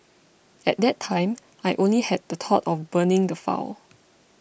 at that time I only had the thought of burning the file